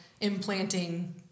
implanting